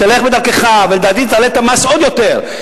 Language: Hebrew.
תלך בדרכך, ולדעתי, תעלה את המס עוד יותר.